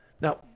Now